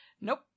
Nope